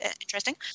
interesting